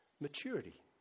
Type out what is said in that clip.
maturity